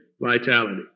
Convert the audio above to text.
vitality